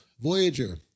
Voyager